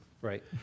Right